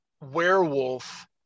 werewolf